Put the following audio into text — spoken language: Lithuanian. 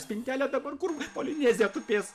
spintelę dabar kur polinezija tupės